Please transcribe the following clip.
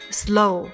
slow